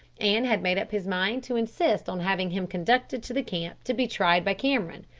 and had made up his mind to insist on having him conducted to the camp to be tried by cameron,